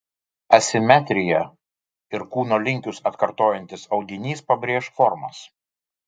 asimetrija ir kūno linkius atkartojantis audinys pabrėš formas